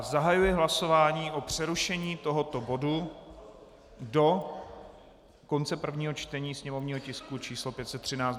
Zahajuji hlasování o přerušení tohoto bodu do konce prvního čtení sněmovního tisku 513.